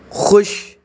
خوش